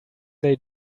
they